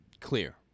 clear